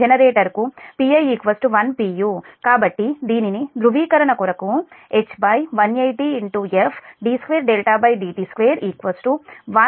u కాబట్టి దీనిని ధ్రువీకరణ కొరకుH180f d2dt2 1 2